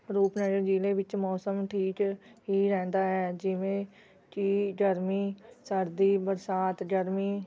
ਰੂਪਨਗਰ ਜ਼ਿਲ੍ਹੇ ਵਿੱਚ ਮੌਸਮ ਠੀਕ ਹੀ ਰਹਿੰਦਾ ਹੈ ਜਿਵੇਂ ਕਿ ਗਰਮੀ ਸਰਦੀ ਬਰਸਾਤ ਗਰਮੀ